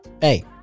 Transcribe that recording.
hey